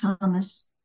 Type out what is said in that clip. Thomas